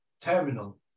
terminal